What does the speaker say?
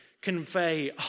convey